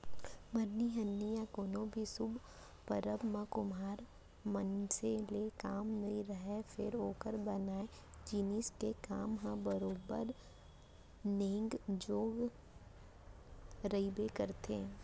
मरनी हरनी या कोनो भी सुभ परब म कुम्हार मनसे ले काम नइ रहय फेर ओकर बनाए जिनिस के काम ह बरोबर नेंग जोग रहिबे करथे